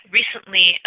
recently